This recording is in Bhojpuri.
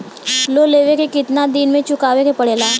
लोन लेवे के कितना दिन मे चुकावे के पड़ेला?